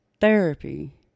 Therapy